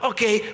Okay